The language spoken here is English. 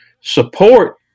support